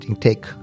take